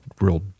real